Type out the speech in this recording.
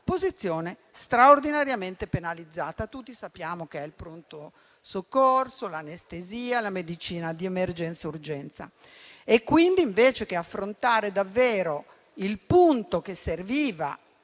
posizione straordinariamente penalizzata. Tutti sappiamo che si tratta del pronto soccorso, dell'anestesia, della medicina di emergenza urgenza. Pertanto, invece di affrontare davvero il punto che serviva